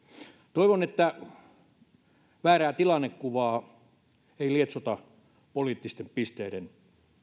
toivon että väärää tilannekuvaa ei lietsota poliittisten pisteiden